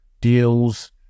deals